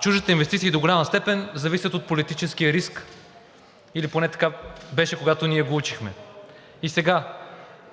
Чуждите инвестиции до голяма степен зависят от политическия риск или поне така беше, когато ние го учихме. Сега,